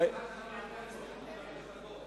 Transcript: אצליח לסיים.